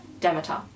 Demeter